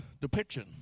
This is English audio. depiction